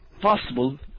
possible